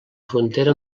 frontera